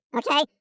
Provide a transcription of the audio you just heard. okay